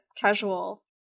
casual